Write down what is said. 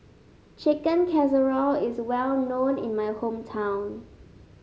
Chicken Casserole is well known in my hometown